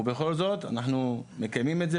ובכל זאת אנחנו מקיימים את זה,